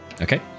Okay